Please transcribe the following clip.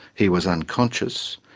he was unconscious,